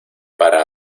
para